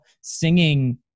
singing